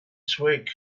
twig